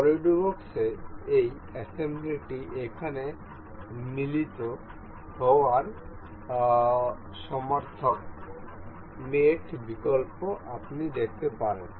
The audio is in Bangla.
সলিডওয়ার্কস এ এই অ্যাসেম্বলি টি এখানে মিলিত হওয়ার সমার্থক মেট বিকল্প আপনি দেখতে পারেন